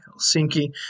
Helsinki